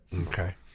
Okay